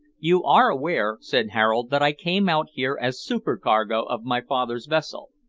you are aware, said harold, that i came out here as supercargo of my father's vessel,